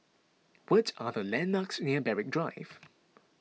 what are the landmarks near Berwick Drive